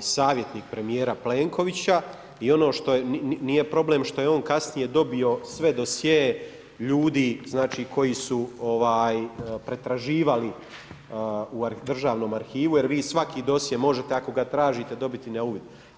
savjetnik premjera Plenkovića i ono što nije problem što je on kasnije dobio sve dosjee ljudi, znači koji su ovaj, pretraživali u državnom arhivu, jer vi svaki dosje možete ako ga tražite dobiti na uvid.